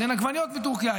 אז אין עגבניות מטורקיה,